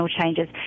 changes